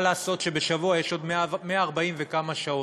מה לעשות שבשבוע יש עוד 140 וכמה שעות.